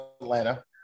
Atlanta